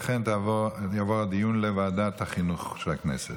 לכן הנושא יעבור לדיון בוועדת החינוך של הכנסת.